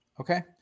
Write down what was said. Okay